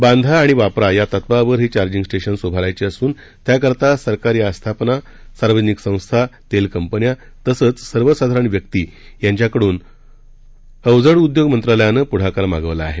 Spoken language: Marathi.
बांधा आणि वापरा या तत्वावर ही चार्जिंग स्टेशन्स उभारायची असून त्याकरता सरकारी आस्थापनं सार्वजनिक संस्था तेल कंपन्या तसंच सर्वसाधारण व्यक्ती यांच्याकडून अवघड उद्यग मंत्रालयानं पुढाकार मागवला आहे